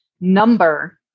number